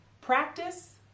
practice